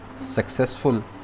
successful